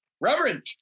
Reverend